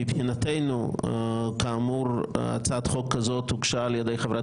מבחינתנו כאמור הצעת החוק הזאת הוגשה על ידי חברת